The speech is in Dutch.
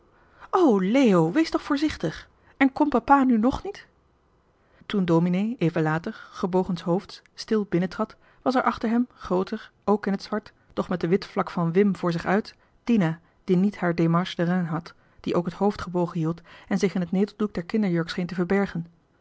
leo wees toch voorzichtig en komt papa nu nog niet toen dominee even later gebogenshoofds stil binnentrad was er achter hem grooter ook in het zwart doch met de witvlak van wim voor zich uit dina die niet haar démarche de reine had die ook het hoofd gebogen hield en zich in het neteldoek der